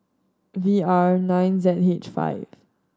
V R nine Z H five